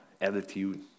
attitude